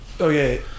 Okay